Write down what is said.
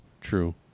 true